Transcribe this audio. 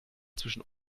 zwischen